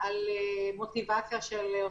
אותה אוכלוסייה,